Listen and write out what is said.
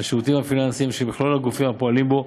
השירותים הפיננסיים ושל מכלול הגופים הפועלים בו,